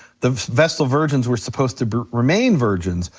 the vestal virgins were supposed to remain virgins,